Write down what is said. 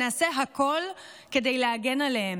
נעשה הכול כדי להגן עליהם,